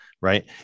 right